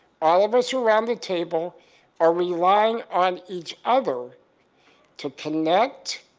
all of us around the table are relying on each other to connect,